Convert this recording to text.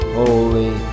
holy